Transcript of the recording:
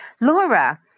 Laura